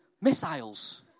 missiles